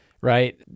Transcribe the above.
right